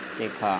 শেখা